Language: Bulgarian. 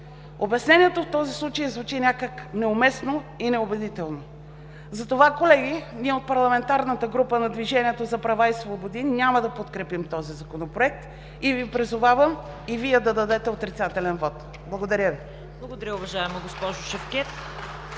Обяснението в този случай, звучи някак неуместно и неубедително. Затова, колеги, ние от парламентарната група на „Движението за права и свободи“ няма да подкрепим този Законопроект и Ви призовавам, и Вие да дадете отрицателен вот. Благодаря Ви. (Ръкопляскания от